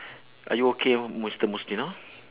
are you okay mister mustino